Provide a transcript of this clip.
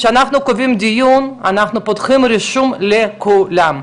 כשאנחנו כותבים דיון אנחנו פותחים רישום לכולם,